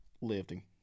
lifting